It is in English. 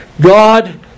God